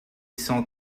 cents